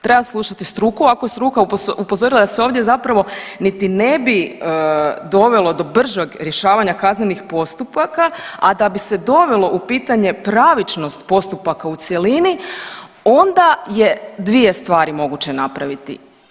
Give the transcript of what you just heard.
Treba slušati struku, ako je struka upozorila da se ovdje zapravo niti ne bi dovelo do bržeg rješavanja kaznenih postupaka, a da bi se dovelo pitanje pravičnost postupaka u cjelini, onda je 2 stvari moguće napraviti.